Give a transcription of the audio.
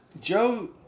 Joe